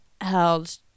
held